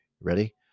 ready